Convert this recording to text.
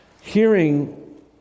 hearing